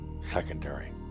secondary